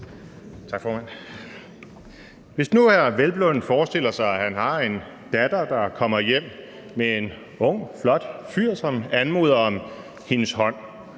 Hvis nu hr. Hvelplund forestiller sig, at han har en datter, der kommer hjem med en ung, flot fyr, som anmoder om hendes hånd